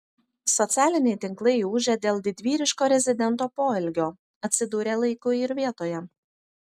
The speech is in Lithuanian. socialiniai tinklai ūžia dėl didvyriško rezidento poelgio atsidūrė laiku ir vietoje